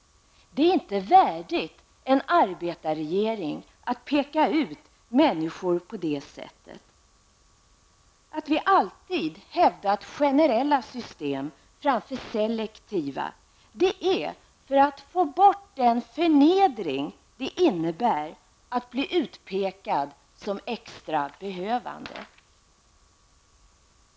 Det är inte värdigt en arbetarregering att peka ut människor på det sättet. Att vi alltid hävdat generella system framför selektiva är för att få bort den förnedring det innebär att bli utpekad som extra behövande.